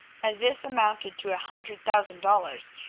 as this amounted to a hundred thousand dollars,